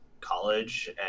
college